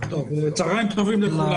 צהריים טובים לכולם.